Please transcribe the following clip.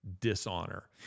dishonor